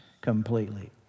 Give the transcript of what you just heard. completely